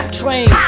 Train